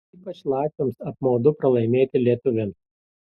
ypač latviams apmaudu pralaimėti lietuviams